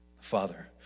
Father